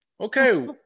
Okay